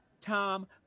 Tom